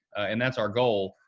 and that's our goal,